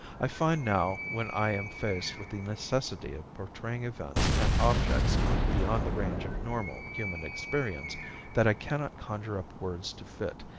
i find now when i am faced with the necessity of portraying events and objects beyond the range of normal human experience that i cannot conjure up words to fit.